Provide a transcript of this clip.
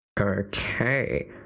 Okay